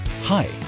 Hi